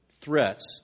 threats